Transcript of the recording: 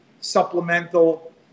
supplemental